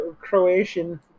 Croatian